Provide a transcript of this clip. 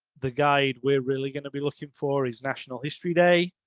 the guide, we're really going to be looking for is national history day.